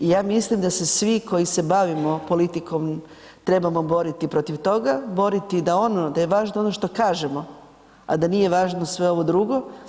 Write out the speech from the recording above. I ja mislim da se svi koji se bavimo politikom trebamo boriti protiv toga, boriti da ono, da je važno ono što kažemo, a da nije važno sve ovo drugo.